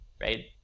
Right